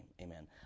amen